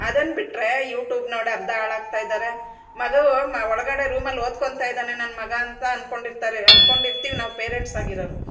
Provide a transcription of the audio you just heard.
ಅದನ್ನು ಬಿಟ್ರೆ ಯೂಟ್ಯೂಬ್ ನೋಡು ಅರ್ಧ ಹಾಳು ಆಗ್ತಾ ಇದ್ದಾರೆ ಮಗು ಒಳಗಡೆ ರೂಮಲ್ಲಿ ಓದ್ಕೊಳ್ತ ಇದ್ದಾನೆ ನನ್ಬ ಮಗ ಅಂತ ಅಂದ್ಕೊಂಡು ಇರ್ತಾರೆ ಅಂದ್ಕೊಂಡು ಇರ್ತೀವಿ ನಾವು ಪೇರೆಂಟ್ಸ್ ಆಗಿರೋರು